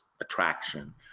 attraction